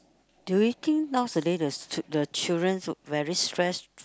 do you think nowadays the c~ the children very stressed